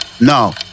no